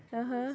(uh huh)